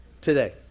today